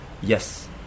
Yes